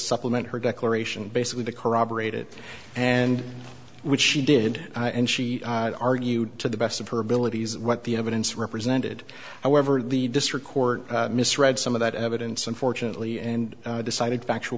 supplement her declaration basically to corroborate it and which she did and she argued to the best of her abilities what the evidence represented however the district court misread some of that evidence unfortunately and decided factual